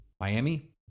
Miami